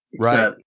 Right